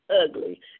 ugly